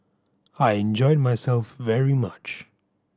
I enjoyed myself very much